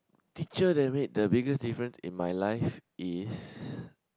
teacher that made the biggest difference in my life is